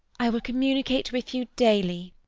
i will communicate with you daily.